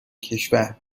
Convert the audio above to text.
کشور